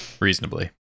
reasonably